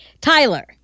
Tyler